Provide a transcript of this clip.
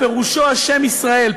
השם ישראל,